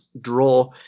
draw